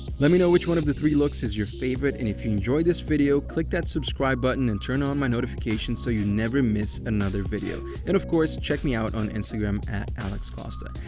let me know which one of the three looks is your favorite, and if you enjoyed this video, click that subscribe button and turn on my notifications so you never miss another video. and of course, check me out on instagram alexcosta.